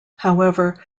however